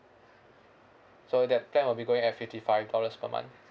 so that plan will be going at fifty five dollars per month